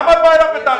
למה את באה אליו בטענות?